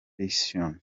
fission